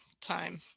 time